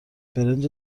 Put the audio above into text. برنج